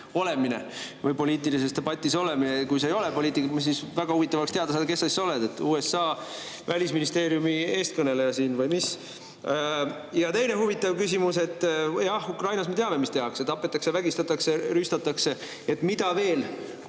olemine ja poliitilises debatis osalemine? Kui sa ei ole poliitik, siis väga huvitav oleks teada saada, kes sa siis oled – USA välisministeeriumi eestkõneleja siin või mis? Ja teine huvitav küsimus. Jah, me teame, mis Ukrainas tehakse: tapetakse, vägistatakse, rüüstatakse ja mida